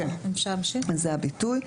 זה הביטוי.